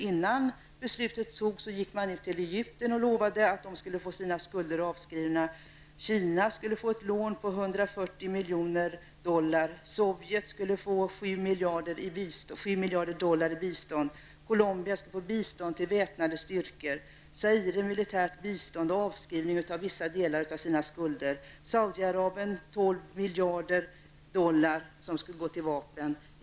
Innan beslutet fattades vände man sig till Egypten och lovade att detta land skulle få sina skulder avskrivna. Kina skulle få ett lån på 140 miljoner dollar, Sovjet skulle få 7 miljoner dollar i bistånd, Colombia skulle få bistånd till väpnade styrkor, Zaire militärt bistånd och avskrivning av vissa delar av sina skulder. Saudi-Arabien skulle få 12 miljarder dollar till vapen.